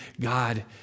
God